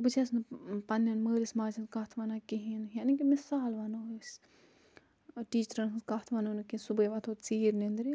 بہٕ چھَس نہٕ پَننیٚن مٲلِس ماجہِ ہنٛز کَتھ وَنان کِہیٖنۍ یعنی کہ مِثال وَنو أسۍ ٲں ٹیٖچرَن ہنٛز کَتھ وَنو نہٕ کیٚنٛہہ صُبحٲے وَتھُو ژیٖرۍ ننٛدرِ